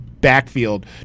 backfield